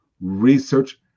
research